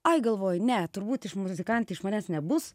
ai galvoju ne turbūt iš muzikantė iš manęs nebus